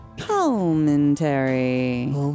commentary